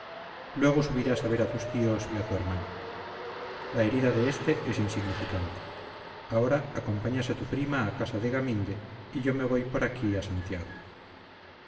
luego subirás a ver a tus tíos y a tu hermano la herida de este es insignificante ahora acompañas a tu prima a casa de gaminde y yo me voy por aquí a santiago